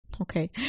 Okay